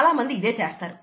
చాలామంది ఇదే చేస్తారు